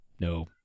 no